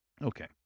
Okay